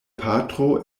patro